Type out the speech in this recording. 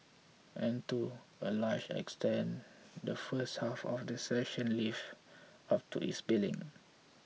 and to a large extent the first half of the session lived up to its billing